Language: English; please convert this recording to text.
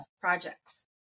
projects